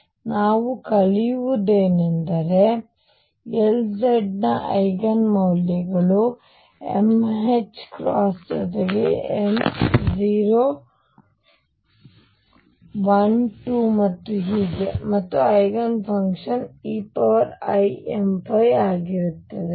ಆದ್ದರಿಂದ ನಾವು ಕಲಿಯುವುದೇನೆಂದರೆ Lz ನ ಐಗನ್ ಮೌಲ್ಯಗಳು m ℏ ಜೊತೆಗೆ m 0 1 2 ಮತ್ತು ಹೀಗೆ ಮತ್ತು ಐಗನ್ ಫಂಕ್ಷನ್ eimϕಆಗಿರುತ್ತದೆ